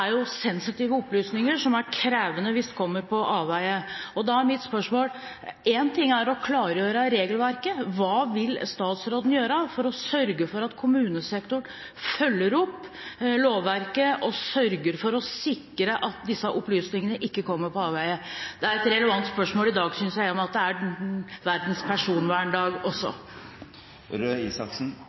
krevende hvis de kommer på avveier. Da er mitt spørsmål: Én ting er å klargjøre regelverket, men hva vil statsråden gjøre for å sørge for at kommunesektoren følger opp lovverket og sørger for å sikre at disse opplysningene ikke kommer på avveier? Det er et relevant spørsmål i dag, synes jeg, i og med at det er verdens personverndag også.